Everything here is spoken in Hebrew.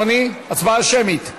אדוני, הצבעה שמית.